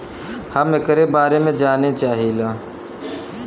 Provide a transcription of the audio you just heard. हम एकरे बारे मे जाने चाहीला?